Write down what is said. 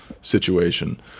situation